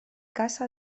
casa